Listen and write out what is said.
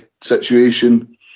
situation